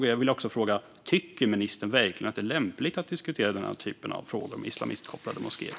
Jag vill också fråga om ministern verkligen tycker att det är lämpligt att diskutera den här typen av frågor med islamistkopplade moskéer.